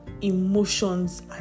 emotions